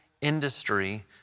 industry